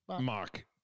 Mark